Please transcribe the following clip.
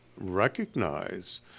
recognize